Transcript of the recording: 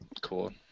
Cool